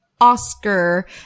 Oscar